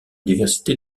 diversité